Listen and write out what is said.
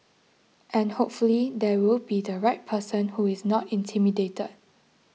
and hopefully there will be the right person who is not intimidated